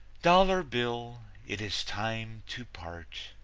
dollar bill, it is time to part.